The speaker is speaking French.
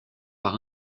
par